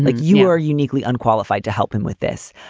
like you are uniquely unqualified to help him with this.